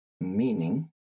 Meaning